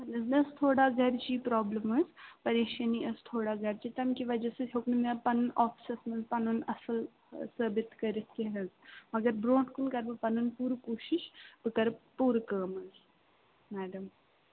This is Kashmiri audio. اَہَن حظ مےٚ ٲس تھوڑا گَرچی پرٛابلِم حظ پریشٲنی ٲس تھوڑا گَرچی تَمہِ کہِ وجہ سۭتۍ ہیوٚک نہٕ مےٚ پَنُن آفیسَس منٛز پَنُن اَصٕل ثٲبِت کٔرِتھ کیٚنٛہہ حظ مگر برٛونٛٹھ کُن کَرٕ بہٕ پَنُن پوٗرٕ کوٗشِش بہٕ کَرٕ پوٗرٕ کٲم حظ میڈم